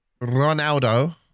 Ronaldo